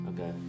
okay